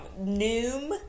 noom